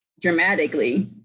dramatically